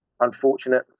unfortunate